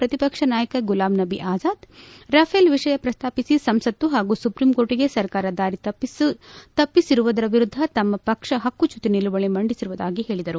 ಪ್ರತಿಪಕ್ಷ ನಾಯಕ ಗುಲಾಂ ನಬೀ ಅಜಾದ್ ರಫೇಲ್ ವಿಷಯ ಪ್ರಸ್ತಾಪಿಸಿ ಸಂಸತ್ತು ಹಾಗೂ ಸುಪ್ರೀಂಕೋರ್ಟ್ಗೆ ಸರ್ಕಾರ ದಾರಿ ತಪ್ಪಿಸಿರುವುದರ ವಿರುದ್ಧ ತಮ್ಮ ಪಕ್ಷ ಹಕ್ಕುಚ್ಯುತಿ ನಿಲುವಳ ಮಂಡಿಸಿರುವುದಾಗಿ ಹೇಳಿದರು